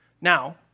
Now